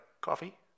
coffee